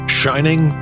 shining